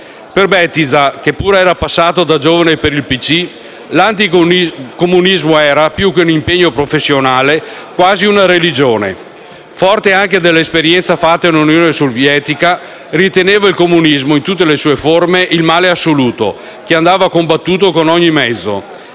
Per Bettiza, che pure era passato da giovane per il PCI, l'anticomunismo era, più che un impegno professionale, quasi una religione. Forte anche dell'esperienza fatta in Unione Sovietica, riteneva il comunismo, in tutte le sue forme, il male assoluto, che andava combattuto con ogni mezzo;